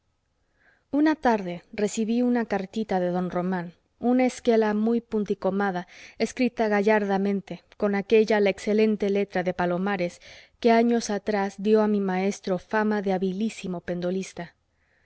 una tarde recibí una cartita de don román una esquela muy punticomada escrita gallardamente con aquella la excelente letra de palomares que años atrás dió a mi maestro fama de habilísimo pendolista